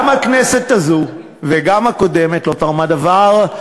גם הכנסת הזאת וגם הקודמת לא תרמו דבר,